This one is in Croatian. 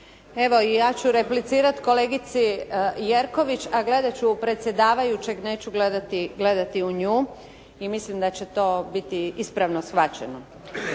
Evo i ja ću replicirati kolegici Jerković, a gledati ću u predsjedavajućeg a neću gledati u nju, i mislim da će to biti ispravno shvaćeno.